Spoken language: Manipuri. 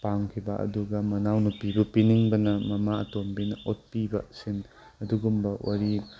ꯄꯥꯝꯈꯤꯕ ꯑꯗꯨꯒ ꯃꯅꯥꯎꯅꯨꯄꯤꯕꯨ ꯄꯤꯅꯤꯡꯕꯅ ꯃꯃꯥ ꯑꯇꯣꯝꯕꯤꯅ ꯑꯣꯠꯄꯤꯕꯁꯤꯡ ꯑꯗꯨꯒꯨꯝꯕ ꯋꯥꯔꯤ